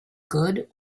good